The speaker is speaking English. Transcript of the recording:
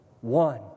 One